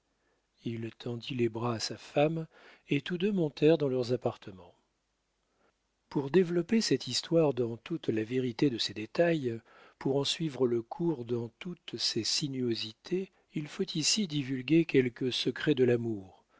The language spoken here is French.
il tendit les bras à sa femme et tous deux montèrent dans leurs appartements pour développer cette histoire dans toute la vérité de ses détails pour en suivre le cours dans toutes ses sinuosités il faut ici divulguer quelques secrets de l'amour